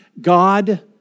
God